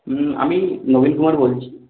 আমি নবীনকুমার বলছি